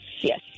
yes